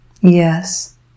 Yes